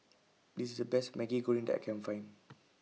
This IS The Best Maggi Goreng that I Can Find